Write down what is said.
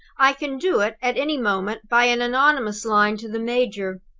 i can do it at any moment by an anonymous line to the major.